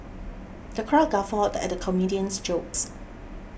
the crowd guffawed at the comedian's jokes